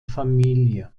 familie